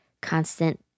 constant